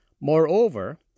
Moreover